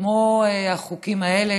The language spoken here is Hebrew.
כמו החוקים האלה,